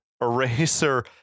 Eraser